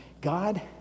God